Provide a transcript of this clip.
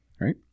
right